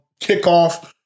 kickoff